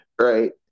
Right